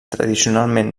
tradicionalment